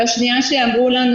בשנייה שאמרו לנו,